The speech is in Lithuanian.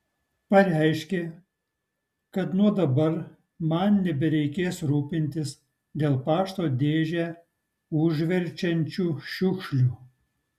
pareiškė kad nuo dabar man nebereikės rūpintis dėl pašto dėžę užverčiančių šiukšlių